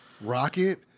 Rocket